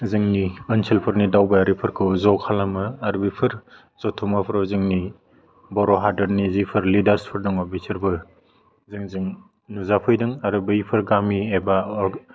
जोंनि ओनसोलफोरनि दावबायारिफोरखौ ज' खालामो आरो बेफोर जुथुम्माफ्राव जोंनि बर' हादोदनि जिफोर लिडारसफोर दङ बिसोरबो जोजों नुजाफैदों आरो बैफोर गामि एबा